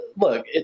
look